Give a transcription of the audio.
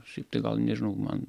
šiaip tai gal nežinau man